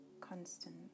constant